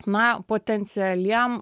na potencialiam